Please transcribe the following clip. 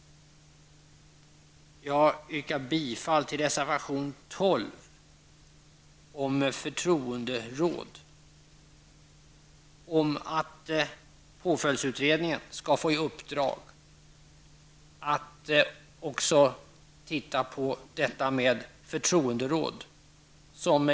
Jag yrkar bifall till reservation 12, som handlar om förtroenderåd. Påföljdsutredningen bör få i uppdrag att också se över detta med förtroenderåd.